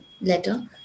letter